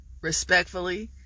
respectfully